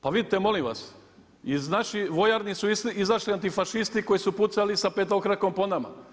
Pa vidite molim vas, iz naših vojarni su izašli antifašisti koji su pucali sa petokrakom po nama.